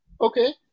Okay